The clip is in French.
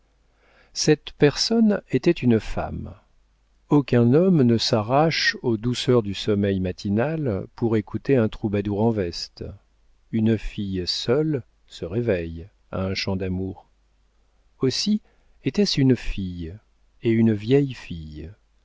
cette personne était une femme aucun homme ne s'arrache aux douceurs du sommeil matinal pour écouter un troubadour en veste une fille seule se réveille à un chant d'amour aussi était-ce une fille et une vieille fille